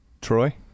Troy